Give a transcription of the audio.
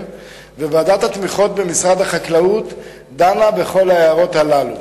וועדת התמיכות במשרד החקלאות דנה בכל ההערות האלה.